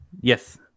Yes